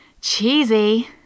Cheesy